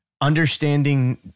understanding